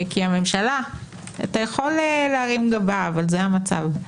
אתה יכול להרים גבה, אבל זה המצב.